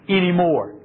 anymore